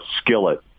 skillet